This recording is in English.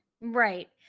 Right